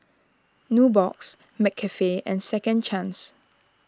Nubox McCafe and Second Chance